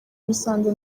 musanze